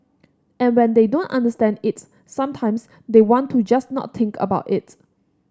and when they don't understand it sometimes they want to just not think about it